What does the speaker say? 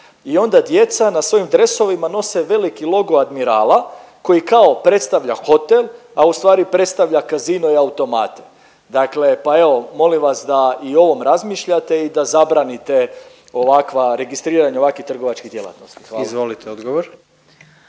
i onda djeca na svojim dresovima nose veliki logo admirala koji kao predstavlja hotel, a u stvari predstavlja casino i automate. Dakle, pa evo molim vas da i o ovom razmišljate i da zabranite ovakva, registriranja ovakvih trgovačkih djelatnosti. Hvala. **Rogić